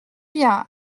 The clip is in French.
bien